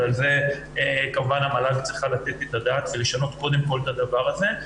ועל זה כמובן המל"ג צריכה לתת את הדעת ולשנות קודם כל את הדבר הזה.